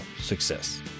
success